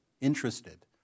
interested